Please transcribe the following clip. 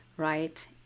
right